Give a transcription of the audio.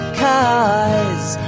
cause